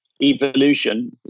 evolution